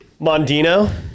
Mondino